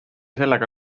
sellega